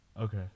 Okay